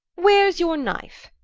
where's your knife?